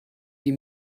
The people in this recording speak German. die